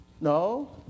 No